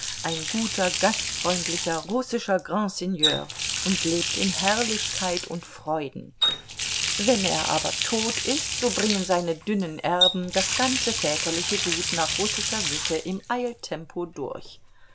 ein guter gastfreundlicher russischer grandseigneur und lebt in herrlichkeit und freuden wenn er aber tot ist so bringen seine dünnen erben das ganze väterliche gut nach russischer sitte im eiltempo durch